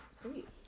Sweet